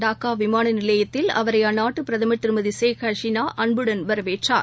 டாக்காவிமானநிலையத்தில் அவரைஅந்நாட்டுபிரதமர் திருமதிஷேக் அசீனாஅன்புடன் வரவேற்றார்